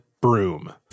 broom